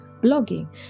blogging